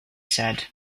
said